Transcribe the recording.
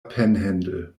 panhandle